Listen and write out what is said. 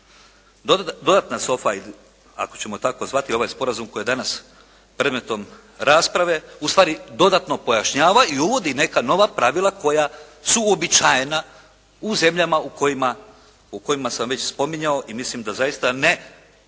Dodatna SOFA ako ćemo tako zvati ovaj sporazum koji je danas predmetom rasprave, ustvari dodatno pojašnjava i uvodi neka nova pravila koja su uobičajena u zemljama u kojima sam već spominjao i mislim da zaista ne